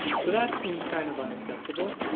so that seems kind of unacceptable.